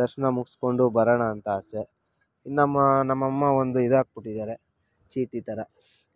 ದರ್ಶನ ಮುಗಿಸ್ಕೊಂಡು ಬರೋಣ ಅಂತ ಆಸೆ ನಮ್ಮ ನಮ್ಮಮ್ಮ ಒಂದು ಇದಾಕಿ ಬಿಟ್ಟಿದ್ದಾರೆ ಚೀಟಿ ಥರ